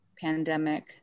pandemic